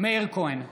מאיר כהן,